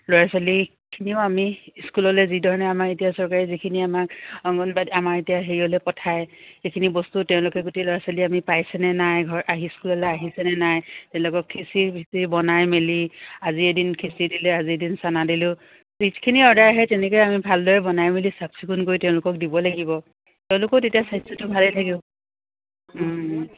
ল'ৰা ছোৱালীখিনিও আমি স্কুললৈ যি ধৰণে আমাৰ এতিয়া চৰকাৰী যিখিনি আমাক অংগনবাদী আমাৰ এতিয়া হেৰিয়লৈ পঠায় সেইখিনি বস্তু তেওঁলোকে গোটেই ল'ৰা ছোৱালী আমি পাইছেনে নাই ঘৰ আহি স্কুললৈ আহিছেনে নাই তেওঁলোকক খিচিৰী ফিচিৰী বনাই মেলি আজিৰ এদিন খিচিৰী দিলে আজিৰ এদিন চানা দিলোঁ যিখিনি অৰ্ডাৰ আহে তেনেকৈ আমি ভালদৰে বনাই মেলি চাফ চিকুণ কৰি তেওঁলোকক দিব লাগিব তেওঁলোককও তেতিয়া স্বাস্থ্যটো ভালেই থাকিব